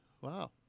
Wow